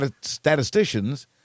statisticians